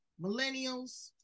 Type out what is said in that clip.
millennials